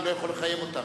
אני לא יכול לחייב אותם.